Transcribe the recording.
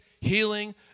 healing